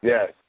Yes